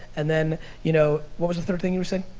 and then you know, what was the third thing you were saying?